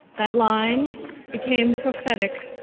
that line became prophetic,